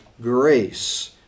grace